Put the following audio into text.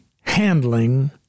handling